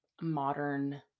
modern